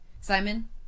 Simon